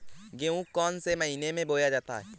गेहूँ कौन से महीने में बोया जाता है?